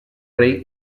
rei